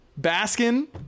Baskin